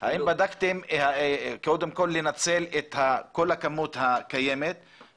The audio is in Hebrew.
האם בדקתם את האפשרות לנצל את כל הכמות הקיימת,